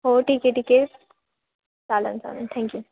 हो ठीक आहे ठीक आहे चालेल चालेल थँक्यू